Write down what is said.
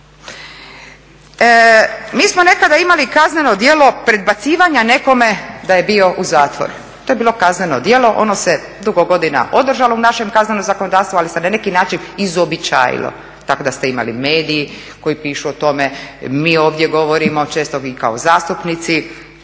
Mi smo nekada imali kazneno djelo predbacivanja nekome da je bio u zatvoru. To je bilo kazneno djelo. Ono se dugo godina održalo u našem kaznenom zakonodavstvu, ali se na neki način izuobičajilo, tako da ste imali medij koji pišu u tome. Mi ovdje govorimo, često vi kao zastupnici.